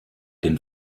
den